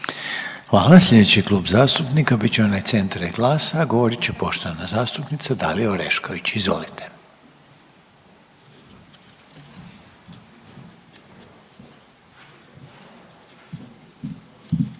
Hvala. Slijedeći Klub zastupnika bit će onaj Centra i GLAS-a, a govorit će poštovana zastupnica Dalija Orešković, izvolite.